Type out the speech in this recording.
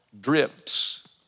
drips